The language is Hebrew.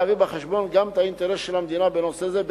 יש להביא בחשבון גם את האינטרס של המדינה בנושא זה,